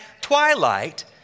twilight